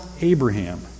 Abraham